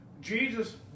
Jesus